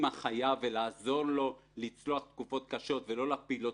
החייב ולעזור לו לצלוח תקופות קשות ולא להפיל אותו,